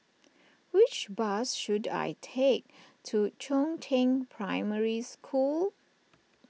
which bus should I take to Chongzheng Primary School